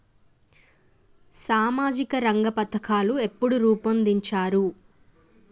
సామాజిక రంగ పథకాలు ఎప్పుడు రూపొందించారు?